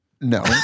No